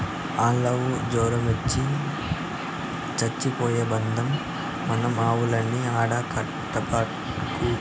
ఆల్లావు జొరమొచ్చి చచ్చిపోయే భద్రం మన ఆవుల్ని ఆడ కట్టబాకు